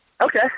Okay